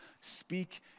Speak